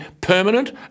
permanent